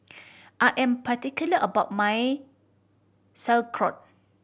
I am particular about my Sauerkraut